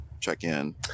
check-in